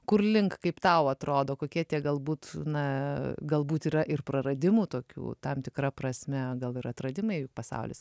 kur link kaip tau atrodo kokie tie galbūt na galbūt yra ir praradimų tokių tam tikra prasme gal ir atradimai pasaulis